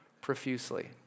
profusely